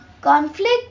conflict